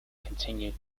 continued